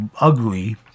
ugly